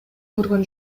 көргөн